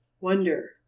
wonder